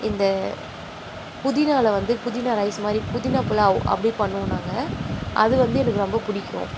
இந்த புதினாவில் வந்து புதினா ரைஸ் மாதிரி புதினா புலாவ் அப்படி பண்ணுவோம் நாங்கள் அது வந்து எனக்கு ரொம்ப பிடிக்கும்